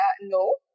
no